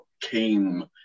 came